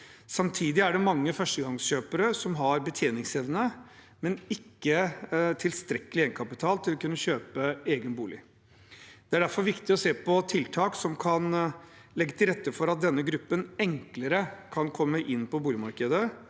Samtidig er det mange førstegangskjøpere som har betjeningsevne, men ikke tilstrekkelig egenkapital til å kunne kjøpe egen bolig. Det er viktig å se på tiltak som kan legge til rette for at denne gruppen enklere kan komme inn på boligmarkedet.